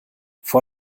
vor